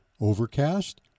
Overcast